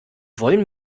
wollen